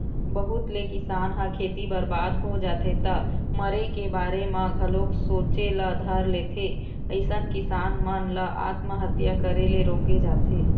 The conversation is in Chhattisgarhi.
बहुत ले किसान ह खेती बरबाद हो जाथे त मरे के बारे म घलोक सोचे ल धर लेथे अइसन किसान मन ल आत्महत्या करे ले रोके जाथे